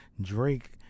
Drake